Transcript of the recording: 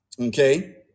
Okay